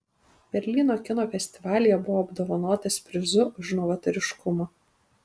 berlyno kino festivalyje buvo apdovanotas prizu už novatoriškumą